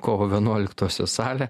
kovo vienuoliktosios salę